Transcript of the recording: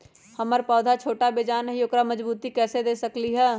हमर पौधा छोटा बेजान हई उकरा मजबूती कैसे दे सकली ह?